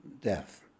death